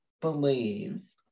believes